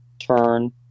turn